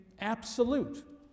absolute